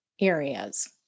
areas